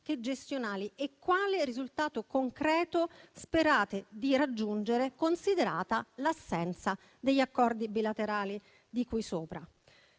gestionali, e quale risultato concreto sperate di raggiungere considerata l'assenza degli accordi bilaterali di cui sopra.